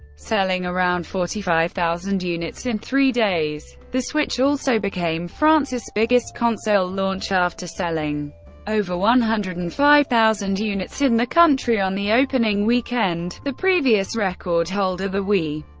selling around forty five thousand units in three days. the switch also became france's biggest console launch after selling over one hundred and five thousand units in the country on the opening weekend the previous record holder, the wii,